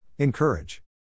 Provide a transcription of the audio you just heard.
Encourage